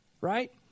right